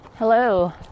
Hello